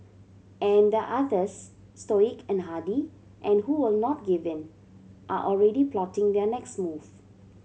and there are others stoic and hardy and who will not give in are already plotting their next move